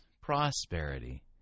Prosperity